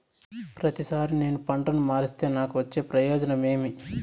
ప్రతిసారి నేను పంటను మారిస్తే నాకు వచ్చే ప్రయోజనం ఏమి?